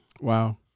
Wow